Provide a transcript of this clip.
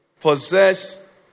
possess